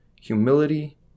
humility